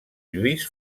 lluís